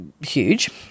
huge